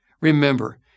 Remember